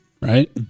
Right